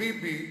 או ביבי,